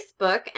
Facebook